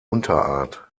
unterart